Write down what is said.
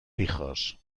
hijos